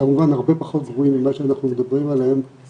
כמובן הרבה פחות גרועים ממה שאנחנו מדברים עליהם,